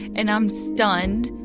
and i'm stunned.